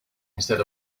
instead